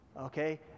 okay